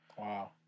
Wow